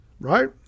right